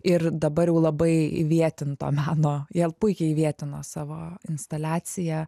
ir dabar jau labai įvietinto meno jie puikiai įvietino savo instaliaciją